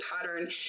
pattern